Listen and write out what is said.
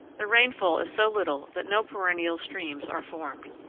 the rainfall is so little that no perennial streams are formed.